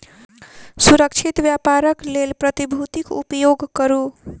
सुरक्षित व्यापारक लेल प्रतिभूतिक उपयोग करू